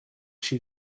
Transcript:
she